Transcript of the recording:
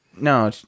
No